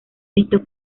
estos